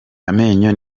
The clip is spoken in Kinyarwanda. amenyo